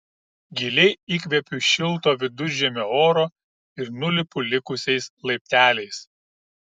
giliai įkvepiu šilto viduržemio oro ir nulipu likusiais laipteliais